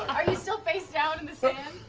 are you still face-down in the sand?